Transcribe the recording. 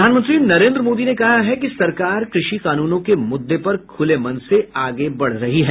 प्रधानमंत्री नरेन्द्र मोदी ने कहा है कि सरकार कृषि कानूनों के मुद्दे पर खूले मन से आगे बढ़ रही है